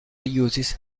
uses